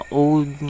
old